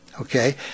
Okay